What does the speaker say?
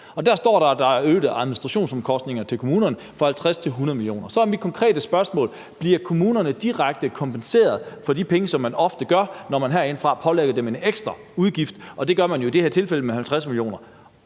Der står der, at der er øgede administrationsomkostninger til kommunerne for 50-100 mio. kr. Så er mit konkrete spørgsmål: Bliver kommunerne direkte kompenseret for de penge, som man ofte gør, når man herindefra pålægger dem en ekstra udgift, og det gør man jo i det her tilfælde med 50 mio.